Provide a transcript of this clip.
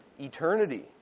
eternity